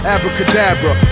Abracadabra